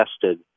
tested